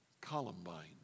Columbine